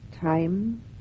time